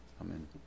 Amen